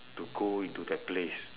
to go into that place